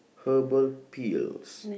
herbal pills